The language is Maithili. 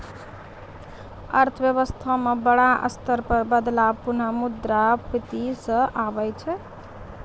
अर्थव्यवस्था म बड़ा स्तर पर बदलाव पुनः मुद्रा स्फीती स आबै छै